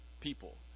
people